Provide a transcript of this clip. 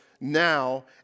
now